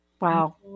Wow